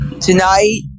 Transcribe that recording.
tonight